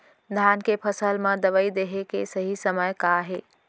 धान के फसल मा दवई देहे के सही समय का हे?